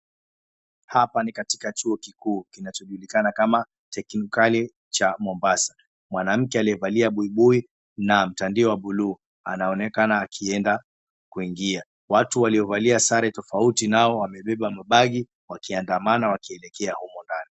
Hapa ni katika chuo kikuu kinachojulikana kama Teknikali cha Mombasa. Mwanamke aliyevalia buibui na mtandio wa bluu anaonekana akienda kuingia. Watu waliovalia sare tofauti nao wamebeba mabagi wakiandamana wakielekea humo ndani.